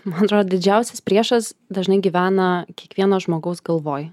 man atrodo didžiausias priešas dažnai gyvena kiekvieno žmogaus galvoj